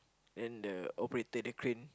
then the operator the crane